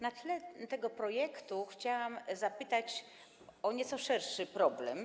Na tle tego projektu chciałam zapytać o nieco szerszy problem.